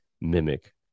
mimic